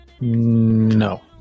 no